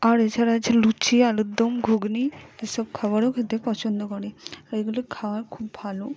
আর এছাড়া হচ্ছে লুচি আলুর দম ঘুগনি এসব খাবারও খেতে পছন্দ করে আর এগুলো খাওয়ার খুব ভালো